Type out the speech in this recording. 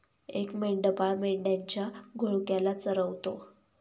एक मेंढपाळ मेंढ्यांच्या घोळक्याला चरवतो